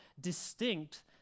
distinct